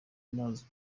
amazi